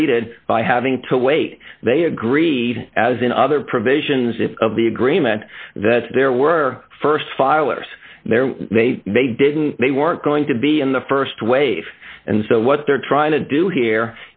treated by having to wait they agreed as in other provisions if of the agreement that there were st filers there they didn't they weren't going to be in the st wave and so what they're trying to do here